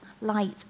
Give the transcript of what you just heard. light